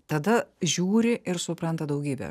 tada žiūri ir supranta daugybė